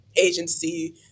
agency